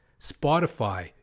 Spotify